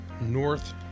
north